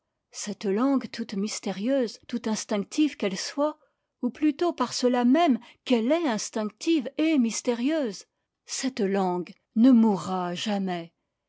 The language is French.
cette langue toute mystérieuse toute instinctive qu'elle soit ou plutôt par cela même qu'elle est instinctive et mystérieuse cette langue ne mourra jamais